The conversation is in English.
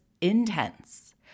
intense